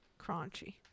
crunchy